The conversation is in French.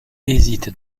hésite